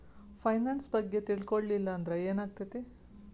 Finance ಬಗ್ಗೆ ತಿಳ್ಕೊಳಿಲ್ಲಂದ್ರ ಏನಾಗ್ತೆತಿ?